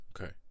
okay